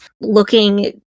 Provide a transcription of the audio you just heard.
looking